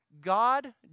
God